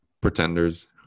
pretenders